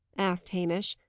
asked hamish,